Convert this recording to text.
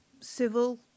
civil